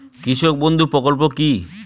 কৃষক বন্ধু প্রকল্প কি?